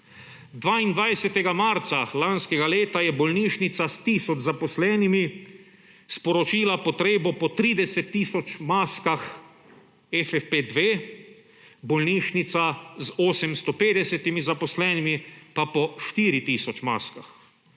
22. marca lanskega leta je bolnišnica s tisoč zaposlenimi sporočila potrebo po 30 tisoč maskah FFP2, bolnišnica z 850 zaposlenimi pa po 4 tisoč maskah.